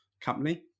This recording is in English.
company